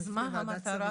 אז מה המטרה?